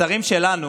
השרים שלנו